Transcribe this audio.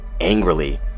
angrily